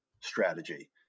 strategy